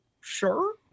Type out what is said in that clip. sure